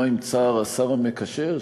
מה עם צער השר המקשר,